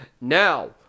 now